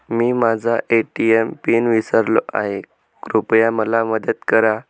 मी माझा ATM PIN विसरलो आहे, कृपया मला मदत करा